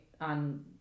on